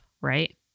right